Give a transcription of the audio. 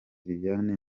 liliane